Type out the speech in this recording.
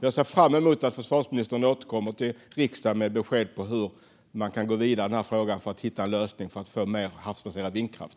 Jag ser fram emot att försvarsministern återkommer till riksdagen med besked om hur man kan gå vidare i den här frågan för att hitta en lösning för mer havsbaserad vindkraft.